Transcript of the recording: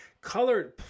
Colored